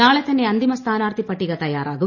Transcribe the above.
നാളെ തന്നെ അന്തിമ സ്ഥാനാർഥിപ്പട്ടിക തയാറാകും